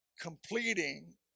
completing